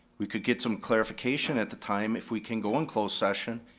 we could get some clarification at the time, if we can go in closed session,